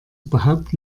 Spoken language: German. überhaupt